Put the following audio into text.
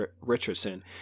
richardson